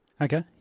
Okay